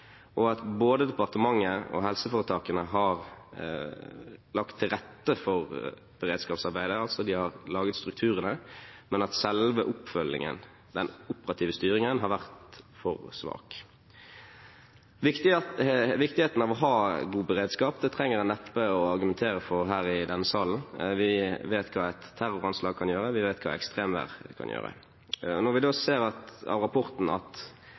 og at både departementet og helseforetakene har lagt til rette for beredskapsarbeidet – de har altså laget strukturene, men selve oppfølgingen, den operative styringen, har vært for svak. Viktigheten av å ha god beredskap trenger en neppe å argumentere for her i denne salen. Vi vet hva et terroranslag kan gjøre, vi vet hva ekstremvær kan gjøre. Når vi da ser av rapporten at